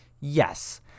Yes